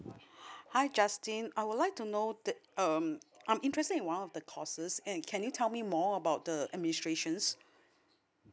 hi justin I would like to know that um I'm interested in one of the courses and can you tell me more about the administrations